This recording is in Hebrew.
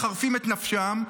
מחרפים את נפשם.